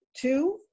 two